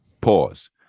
Pause